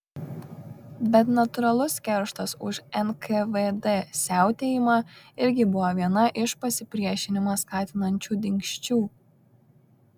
bet natūralus kerštas už nkvd siautėjimą irgi buvo viena iš pasipriešinimą skatinančių dingsčių